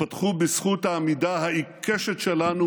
התפתחו בזכות העמידה העיקשת שלנו